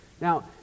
Now